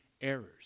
errors